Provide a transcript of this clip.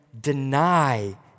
deny